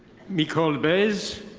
micol bez.